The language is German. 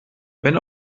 wenn